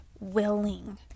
willing